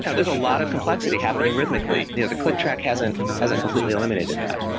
yeah there's a lot of complexity happening rhythmically. you know the click track hasn't hasn't completely eliminated that.